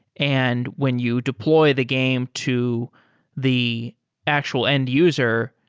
and when you deploy the game to the actual end user,